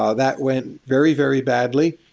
ah that went very, very badly.